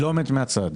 היא לא עומדת מהצד.